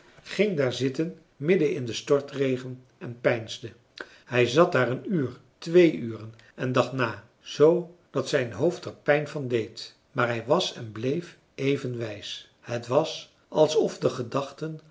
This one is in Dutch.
ging daar zitten midden in den stortregen en peinsde hij zat daar een uur twee uren en dacht na zoo dat zijn hoofd er pijn van deed maar hij was en bleef even wijs het was alsof de gedachten